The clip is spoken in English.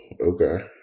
okay